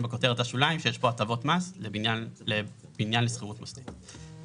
בכותרת השוליים שיש פה הטבות מס לבניין לשכירות מוסדית.